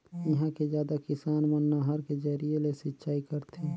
इहां के जादा किसान मन नहर के जरिए ले सिंचई करथे